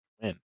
win